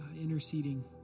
interceding